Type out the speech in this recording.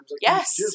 Yes